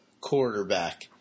quarterback